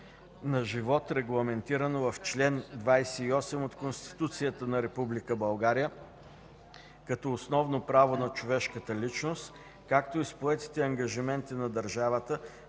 на живот, регламентирано в чл. 28 от Конституцията на Република България, като основно право на човешката личност, както и с поетите ангажименти на държавата